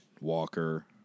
Walker